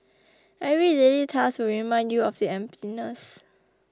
every daily task will remind you of the emptiness